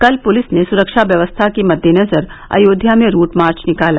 कल पुलिस ने सुरक्षा व्यवस्था के मद्देनजर अयोध्या में रूट मार्च निकाला